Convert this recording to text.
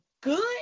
good